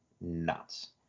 nuts